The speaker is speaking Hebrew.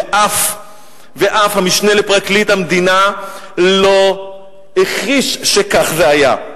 ואף המשנה לפרקליט המדינה לא הכחיש שכך זה היה.